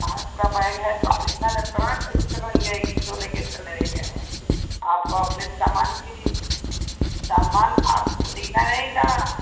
आपका बैग है तो आप इतना लटकवा कैसे बन गए कि चोर लइके चले गएँ आपको अपने सामान की सामान आपको देखना नहीं था